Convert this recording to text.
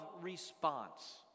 response